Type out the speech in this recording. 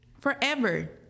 Forever